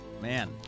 man